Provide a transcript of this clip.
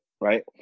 right